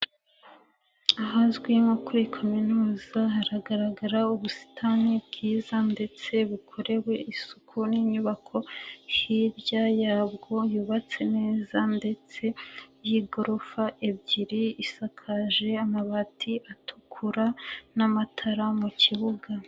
Ahazwi nko kuri kaminuza, hagaragara ubusitani bwiza ndetse bukorewe isuku, n'inyubako hirya yabwo yubatse neza ndetse y'igorofa ebyiri, isakaje amabati atukura n'amatara mu kibuga.